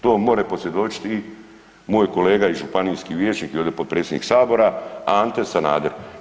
To more posvjedočiti i moj kolega i županijski vijećnik i ovdje potpredsjednik Sabora Ante Sanader.